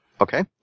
Okay